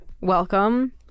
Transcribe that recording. welcome